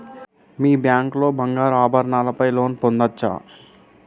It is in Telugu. మీ బ్యాంక్ లో బంగారు ఆభరణాల పై లోన్ పొందచ్చా?